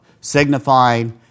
signifying